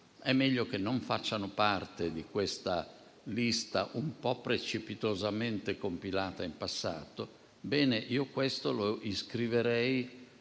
è meglio che non facciano parte di questa lista, un po' precipitosamente compilata in passato, io questo lo sottoscriverei.